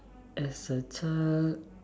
as a child